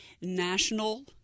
National